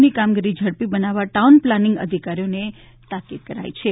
ની કામગીરી ઝડપી બનાવવા ટાઉન પ્લાનીંગ અધિકારીઓને તાકીદ કરી છે